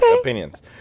opinions